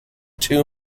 two